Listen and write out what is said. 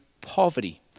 poverty